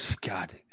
God